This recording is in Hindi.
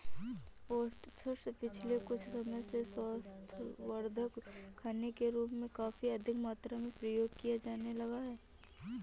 ओट्स पिछले कुछ समय से स्वास्थ्यवर्धक खाने के रूप में काफी अधिक मात्रा में प्रयोग किया जाने लगा है